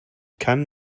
kann